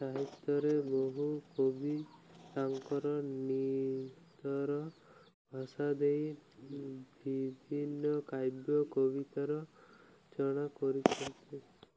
ସାହିତ୍ୟରେ ବହୁ କବି ତାଙ୍କର ଭାଷା ଦେଇ ବିଭିନ୍ନ କାବ୍ୟ କବିତାର କରିଛନ୍ତି